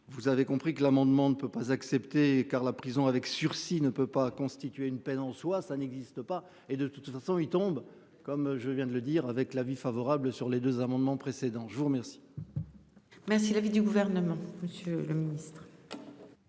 Vous avez compris que l'amendement ne peut pas accepter car la prison avec sursis ne peut pas constituer une peine en soi ça n'existe pas et de toute façon il tombe comme je viens de le dire avec l'avis favorable sur les deux amendements précédents. Je vous remercie. Merci l'avis du gouvernement, Monsieur le Ministre.